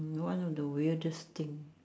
one of the weirdest thing